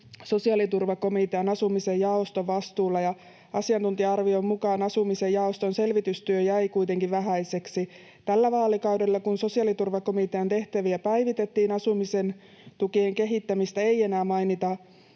sosiaaliturvakomitean asumisen jaoston vastuulla, ja asiantuntija-arvion mukaan asumisen jaoston selvitystyö jäi kuitenkin vähäiseksi. Kun sosiaaliturvakomitean tehtäviä tällä vaalikaudella päivitettiin, asumisen tukien kehittämistä ei enää mainita